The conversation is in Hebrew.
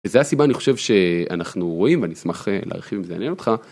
זה הסיבה אני חושב שאנחנו רואים ואני אשמח להרחיב אם זה יעניין אותך.